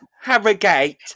Harrogate